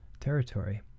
territory